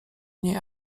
niej